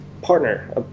partner